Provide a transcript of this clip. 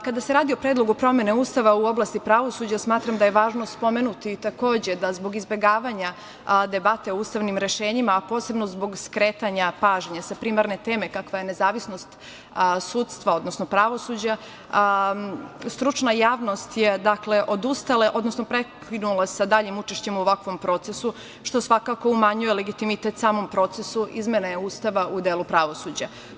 Kada se radi o predlogu promene Ustava u oblasti pravosuđa, smatram da je važno spomenuti takođe da zbog izbegavanja debate o ustavnim rešenjima, a posebno zbog skretanja pažnje sa primarne teme kakva je nezavisnost sudstva, odnosno pravosuđa, stručna javnost je odustala, odnosno prekinula sa daljim učešćem u ovakvom procesu, što svakako umanjuje legitimitet samom procesu izmene Ustava u delu pravosuđa.